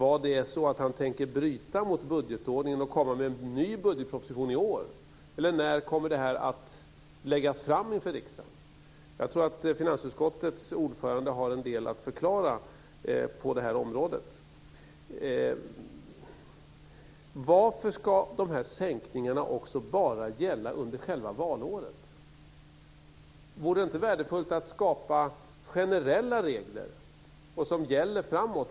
Är det så att han tänker bryta mot budgetordningen och komma med en ny budgetproposition i år? När kommer detta att läggas fram inför riksdagen? Jag tror att finansutskottets ordförande har en del att förklara på det här området. Varför ska de här sänkningarna bara gälla under själva valåret? Vore det inte värdefullt att skapa generella regler som gäller framåt?